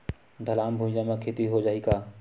ढलान भुइयां म खेती हो जाही का?